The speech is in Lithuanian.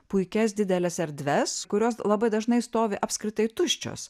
puikias dideles erdves kurios labai dažnai stovi apskritai tuščios